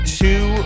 two